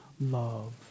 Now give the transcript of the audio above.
love